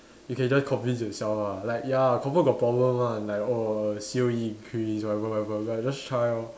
you can just convince yourself lah like ya confirm got problem one like err C_O_E increase whatever whatever ya just try lor